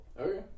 Okay